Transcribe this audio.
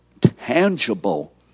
tangible